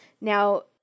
Now